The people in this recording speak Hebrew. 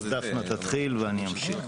דפנה תתחיל ואני אמשיך.